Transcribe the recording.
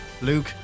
Luke